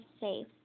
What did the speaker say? safe